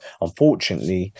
unfortunately